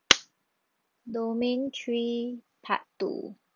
domain three part two